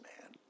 man